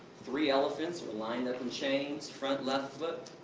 three elephants were lined up in chains, front left foot,